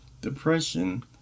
Depression